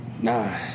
Nah